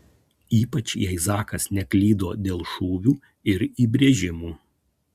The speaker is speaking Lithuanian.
ypač jei zakas neklydo dėl šūvių ir įbrėžimų